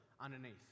underneath